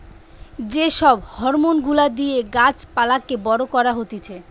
যে সব হরমোন গুলা দিয়ে গাছ পালাকে বড় করা হতিছে